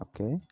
okay